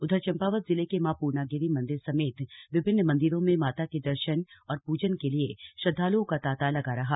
उधर चम्पावत जिले के मां पूर्णागिरी मन्दिर समेत विभिन्न मन्दिरों में माता के दर्शन और पूजन के लिए श्रद्वाल्ओं का तांता लगा रहा